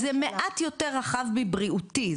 זה מעט יותר רחב מבריאותי,